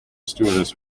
stewardess